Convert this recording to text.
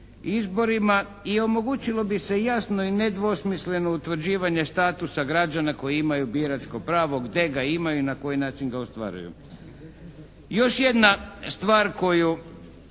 izborima i omogućilo bi se jasno i nedvosmisleno utvrđivanje statusa građana koji imaju biračko pravo, gdje ga imaju i na koji način ga ostvaruju. Još jedna stvar koju,